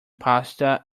pasta